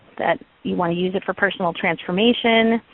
that you want to use it for personal transformation,